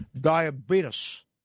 diabetes